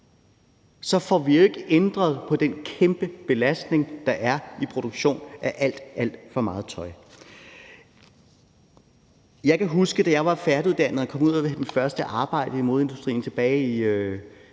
så får vi jo ikke ændret på den kæmpe belastning, der er i produktionen af alt, alt for meget tøj. Jeg kan huske, at da jeg var færdiguddannet og kom ud og fik mit første arbejde i modeindustrien tilbage i